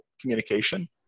communication